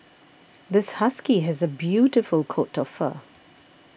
this husky has a beautiful coat of fur